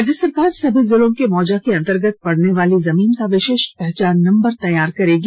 राज्य सरकार सभी जिलों के मौजा के अंतर्गत पड़ने वाली जमीन का विशिष्ट पहचान नंबर तैयार करेगी